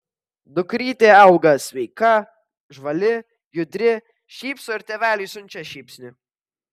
dukrytė auga sveika žvali judri šypso ir tėveliui siunčia šypsnį